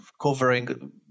covering